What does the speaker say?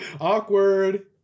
Awkward